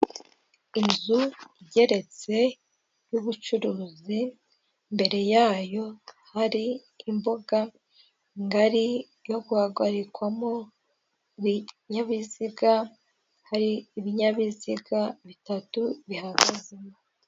Inzu igeretse y'ubucuruzi, mbere yayo hari imbuga ngari, yo guhagarikwamo ibinyabiziga, hari ibinyabiziga bitatu bihagazemo.